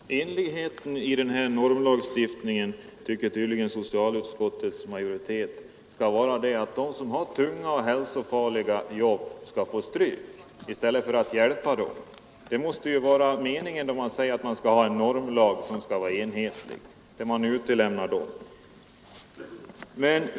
Fru talman! Enhetligheten i den här normlagstiftningen tycker tydligen socialutskottets majoritet skall vara att de som har tunga och hälsofarliga jobb skall få stryk i stället för att man skall hjälpa dem. Det måste ju vara meningen då man säger att man skall ha en enhetlig normlag, där man utelämnar dem.